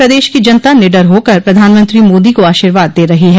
प्रदेश की जनता निडर होकर प्रधानमंत्री मोदी को आशीर्वाद दे रही है